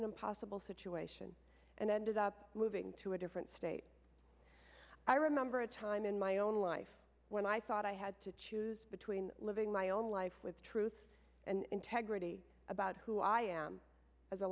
an impossible situation and ended up moving to a different state i remember a time in my own life when i thought i had to choose between living my own life with truth and integrity about who i am as a